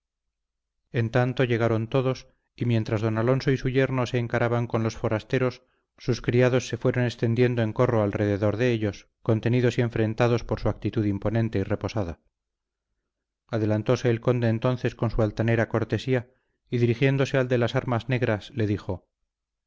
en tanto llegaron todos y mientras don alonso y su yerno se encaraban con los forasteros sus criados se fueron extendiendo en corro alrededor de ellos contenidos y enfrentados por su actitud imponente y reposada adelantóse el conde entonces con su altanera cortesía y dirigiéndose al de las armas negras le dijo